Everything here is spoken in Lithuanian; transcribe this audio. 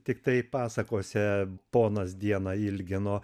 tiktai pasakose ponas dieną ilgino